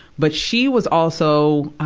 but she was also,